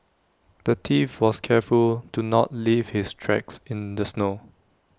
the thief was careful to not leave his tracks in the snow